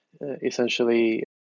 essentially